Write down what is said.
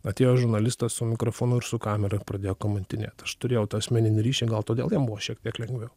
atėjo žurnalistas su mikrofonu ir su kamera ir pradėjo kamantinėt aš turėjau asmeninį ryšį gal todėl jam buvo šiek tiek lengviau